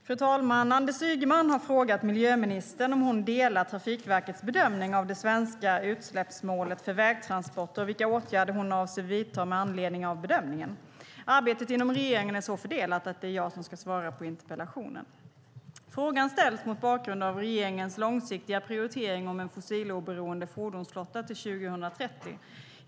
Fru talman! Anders Ygeman har frågat miljöministern om hon delar Trafikverkets bedömning av det svenska utsläppsmålet för vägtransporter och vilka åtgärder hon avser att vidta med anledning av bedömningen. Arbetet inom regeringen är så fördelat att det är jag som ska svara på interpellationen. Frågan ställs mot bakgrund av regeringens långsiktiga prioritering om en fossiloberoende fordonsflotta till 2030.